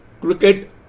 cricket